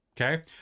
okay